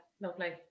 lovely